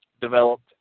developed